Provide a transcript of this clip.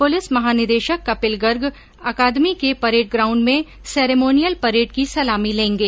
police महानिदेशक कपिल गर्ग अकादमी के परेड ग्राउण्ड में सेरेमोनियल परेड की सलामी लेंगे